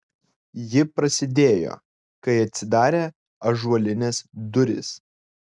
ji prasidėjo kai atsidarė ąžuolinės durys